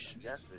Yes